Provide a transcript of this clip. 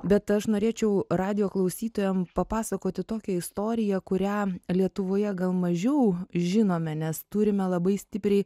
bet aš norėčiau radijo klausytojam papasakoti tokią istoriją kurią lietuvoje gal mažiau žinome nes turime labai stipriai